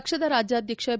ಪಕ್ಷದ ರಾಜ್ಯಾಧ್ವಕ್ಷ ಬಿ